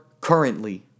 currently